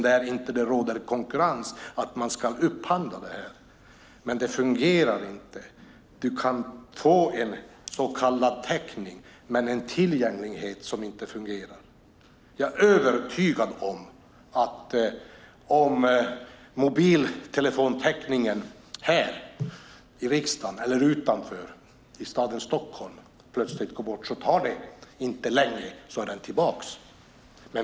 Där det inte råder konkurrens ska upphandling ske. Men det fungerar inte. Du kan få så kallad täckning, men sedan fungerar det inte med tillgängligheten. Jag är övertygad om att det om mobiltelefontäckningen här i riksdagen eller utanför i staden Stockholm plötsligt försvinner inte dröjer länge förrän den är tillbaka.